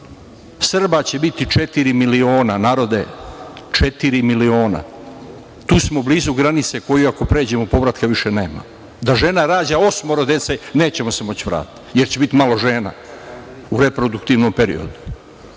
Srba će biti četiri miliona. Narode, četiri miliona. Tu smo blizu granice koju ako pređemo povratka više nema. Da žena rađa osmoro dece, nećemo se moći vratiti, jer će biti malo žena u reproduktivnom periodu.